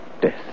death